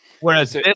Whereas